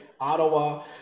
Ottawa